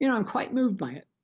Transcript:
you know i'm quite moved by it.